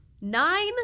nine